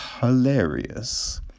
hilarious